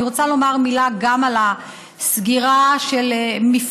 אני רוצה לומר מילה גם על הסגירה של מפעלים,